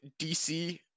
DC